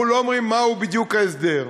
אנחנו לא אומרים מהו בדיוק ההסדר,